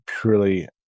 purely